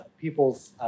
people's –